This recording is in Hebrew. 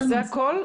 זה הכול?